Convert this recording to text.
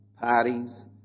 parties